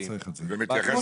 בעתיד